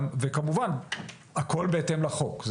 וכמובן הכול בהתאם לחוק,